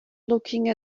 looking